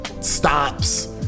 stops